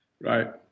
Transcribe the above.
Right